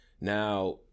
Now